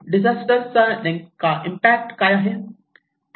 disaster चा नेमका impact काय आहे